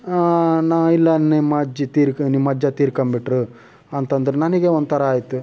ನಾ ಇಲ್ಲ ನಿಮ್ಮಜ್ಜಿ ತೀರ್ಕೊಂ ನಿಮ್ಮಜ್ಜ ತೀರ್ಕೊಂಬಿಟ್ರು ಅಂತಂದ್ರು ನನಗೆ ಒಂಥರ ಆಯ್ತು